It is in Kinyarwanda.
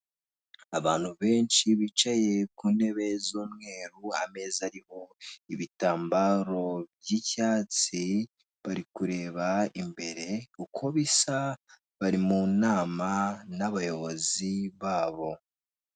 Abantu benshi bicaye ku ntebe z'umweru, ameza ariho ibitambaro by'icyatsi, bari kureba imbere uko bisa; bari mu nama n'abayobozi babo.